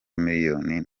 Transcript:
miliyoni